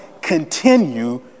continue